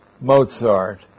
Mozart